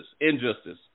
injustice